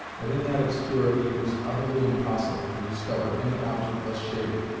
but in that obscurity it was utterly impossible to discover any object thus shaded,